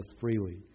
freely